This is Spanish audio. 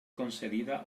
concedida